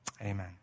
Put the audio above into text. Amen